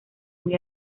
muy